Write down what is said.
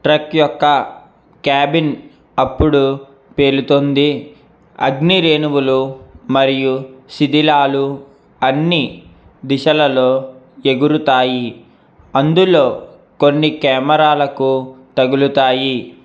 truck యొక్క cabin అప్పుడు పేలుతుంది అగ్నిరేణువులు మరియు శిథిలాలు అన్ని దిశలలో ఎగురుతాయి అందులో కొన్నికెమెరాలకు తగులుతాయి